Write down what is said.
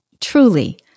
truly